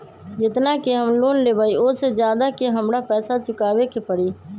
जेतना के हम लोन लेबई ओ से ज्यादा के हमरा पैसा चुकाबे के परी?